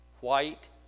white